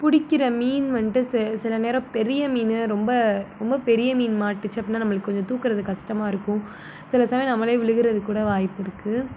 பிடிக்கிற மீன் வந்துட்டு சில நேரம் பெரிய மீன் ரொம்ப ரொம்ப பெரிய மீன் மாட்டுச்சு அப்படின்னா நம்மளுக்கு கொஞ்சம் தூக்குவது கஷ்டமா இருக்கும் சில சமையம் நம்மளே விழுகுறதுக்கு கூட வாய்ப்பு இருக்குது